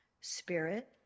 spirit